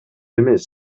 эмес